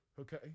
Okay